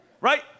Right